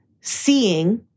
seeing